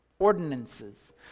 Ordinances